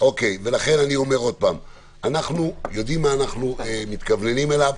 אנחנו יודעים מה אנחנו מתכווננים אליו.